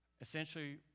essentially